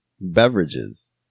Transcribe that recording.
beverages